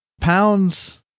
Pounds